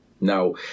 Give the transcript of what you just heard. Now